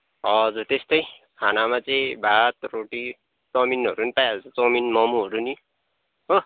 हजुर त्यस्तै खानामा चाहिँ भात रोटी चाउमिनहरू पनि पाइहाल्छ चाउमिन मोमोहरू नि हो